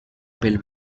pel